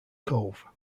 cove